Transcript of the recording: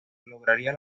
lograría